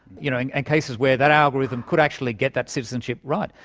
you know in and cases where that algorithm could actually get that citizenship right.